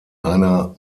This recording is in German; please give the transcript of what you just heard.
einer